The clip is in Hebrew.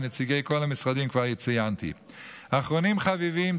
אחרונים חביבים,